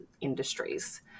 industries